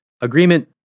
agreement